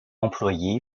employé